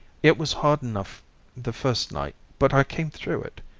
it was hard enough the first night, but i came through it.